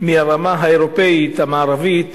הרמה של אירופה המערבית